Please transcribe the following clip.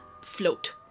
float